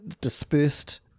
dispersed